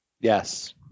Yes